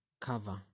cover